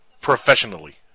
professionally